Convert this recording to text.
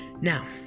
Now